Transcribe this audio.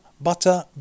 butter